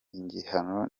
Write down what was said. igihano